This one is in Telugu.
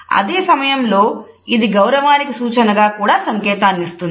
అదే సమయంలో ఇది గౌరవానికి సూచనగా కూడా సంకేతాన్నిస్తుంది